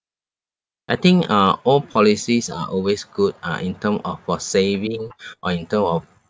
I think uh old policies are always good uh in term of for saving or in term of